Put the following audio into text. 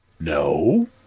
No